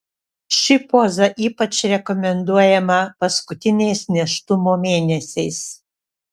ši poza ypač rekomenduojama paskutiniais nėštumo mėnesiais